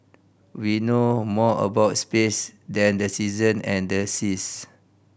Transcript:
we know more about space than the season and the seas